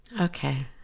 Okay